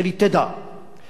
מה מותר ומה אסור.